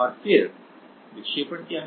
और फिर विक्षेपण क्या है